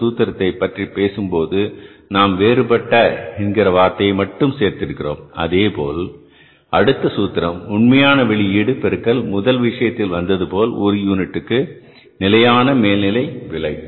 இந்த சூத்திரத்தை பற்றிப் பேசும்போது நாம் வேறுபட்ட என்கிற வார்த்தையை மட்டும் சேர்த்திருக்கிறோம் அதேபோல் அடுத்த சூத்திரம் உண்மையான வெளியீடு பெருக்கல் முதல் விஷயத்தில் வந்ததுபோல் ஒரு யூனிட் நிலையான மேல்நிலை விலை